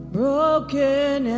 broken